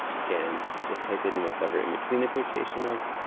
again, just type in whatever's in between the quotation marks.